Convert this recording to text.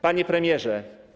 Panie Premierze!